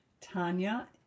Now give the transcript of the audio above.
Tanya